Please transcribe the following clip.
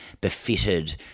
befitted